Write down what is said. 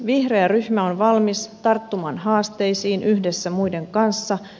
vihreä ryhmä on valmis tarttumaan haasteisiin yhdessä muiden kanssa